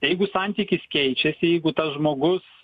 jeigu santykis keičiasi jeigu tas žmogus